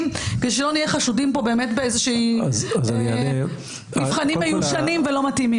כדי שלא נהיה פה במבחנים מיושנים ולא מתאימים.